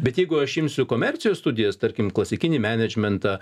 bet jeigu aš imsiu komercijos studijas tarkim klasikinį menedžmentą